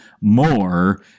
more